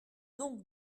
donc